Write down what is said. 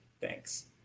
Thanks